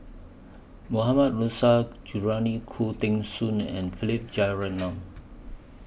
Mohammad Nurrasyid Juraimi Khoo Teng Soon and Philip Jeyaretnam